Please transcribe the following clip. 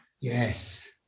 yes